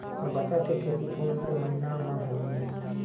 बटर के खेती कोन से महिना म होही?